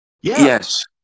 Yes